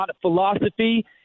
philosophy